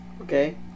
Okay